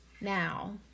now